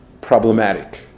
problematic